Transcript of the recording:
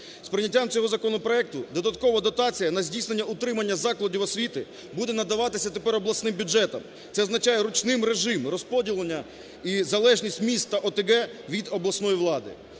З прийняттям цього законопроекту додаткова дотація на здійснення утримання закладів освіти буде надаватися тепер обласним бюджетам. Це означає "ручний режим" розподілення і залежність міст та ОТГ від обласної влади.